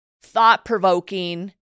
thought-provoking